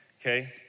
okay